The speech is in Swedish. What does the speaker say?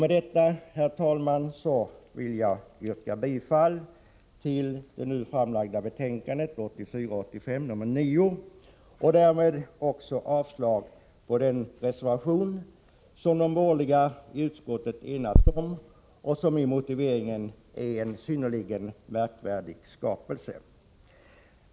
Med detta, herr talman, vill jag yrka bifall till hemställan i det nu framlagda betänkandet 1984/85:9 och därmed också avslag på den reservation som de borgerliga i utskottet enats om och som i motiveringen är en synnerligen märklig skapelse.